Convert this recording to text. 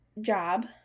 job